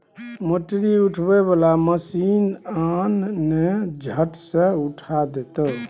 मोटरी उठबै बला मशीन आन ने झट सँ उठा देतौ